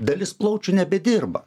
dalis plaučių nebedirba